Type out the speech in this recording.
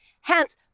Hence